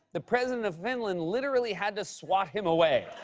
the president of finland literally had to swat him away.